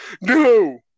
No